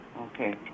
Okay